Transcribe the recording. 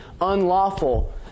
unlawful